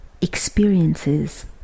experiences